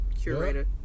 curator